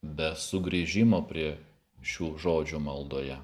be sugrįžimo prie šių žodžių maldoje